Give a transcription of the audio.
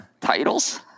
titles